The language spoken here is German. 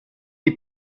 die